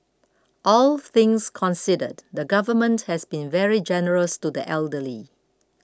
all things considered the government has been very generous to the elderly